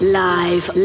live